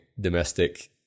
domestic